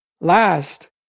Last